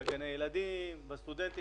המדינה ממילא שותפה לעסקים האלה,